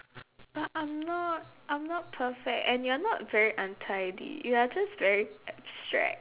but I'm not I'm not perfect and you're not very untidy you are just very abstract